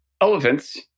Elephants